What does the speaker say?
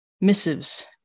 missives